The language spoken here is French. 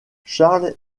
charles